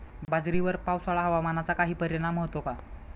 बाजरीवर पावसाळा हवामानाचा काही परिणाम होतो का?